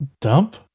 Dump